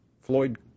Floyd